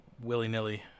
willy-nilly